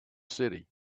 city